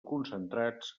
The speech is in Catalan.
concentrats